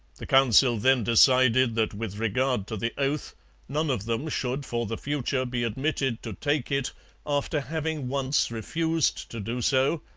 the council then decided that with regard to the oath none of them should for the future be admitted to take it after having once refused to do so,